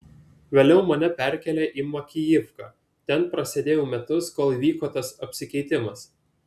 vėliau mane perkėlė į makijivką ten prasėdėjau metus kol įvyko tas apsikeitimas